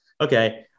Okay